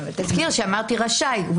אמרתי רשאי.